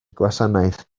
gwasanaeth